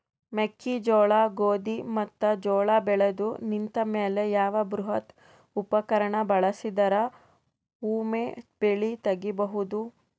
ಮೆಕ್ಕೆಜೋಳ, ಗೋಧಿ ಮತ್ತು ಜೋಳ ಬೆಳೆದು ನಿಂತ ಮೇಲೆ ಯಾವ ಬೃಹತ್ ಉಪಕರಣ ಬಳಸಿದರ ವೊಮೆ ಬೆಳಿ ತಗಿಬಹುದು?